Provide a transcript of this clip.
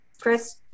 Chris